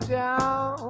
down